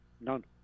None